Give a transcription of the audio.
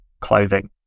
clothing